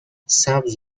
سبز